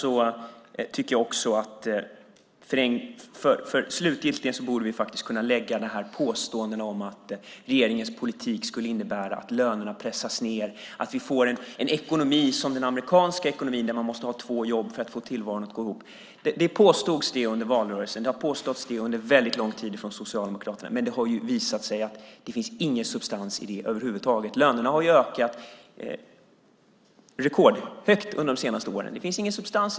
Jag tycker också att vi slutgiltigt borde kunna lägga påståendena åt sidan om att regeringens politik skulle innebära att lönerna pressas ned och att vi får en ekonomi som den amerikanska där man måste ha två jobb för att få tillvaron att gå ihop. Det påstods under valrörelsen, och det har påståtts under lång tid från Socialdemokraterna. Men det har visat sig att det inte finns någon substans i det över huvud taget. Lönerna har ökat rekordmycket under de senaste åren.